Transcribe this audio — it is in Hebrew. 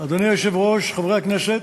אדוני היושב-ראש, חברי הכנסת,